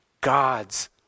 God's